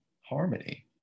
harmony